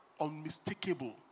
unmistakable